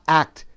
act